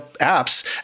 apps